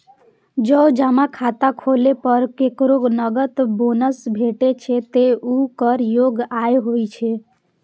जौं जमा खाता खोलै पर केकरो नकद बोनस भेटै छै, ते ऊ कर योग्य आय होइ छै